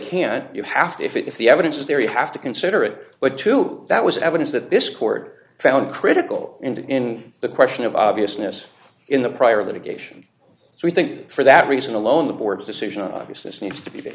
can't you have to if the evidence is there you have to consider it but to that was evidence that this court found critical in the question of obviousness in the prior litigation so i think for that reason alone the board's decision obviousness needs to be there